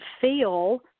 feel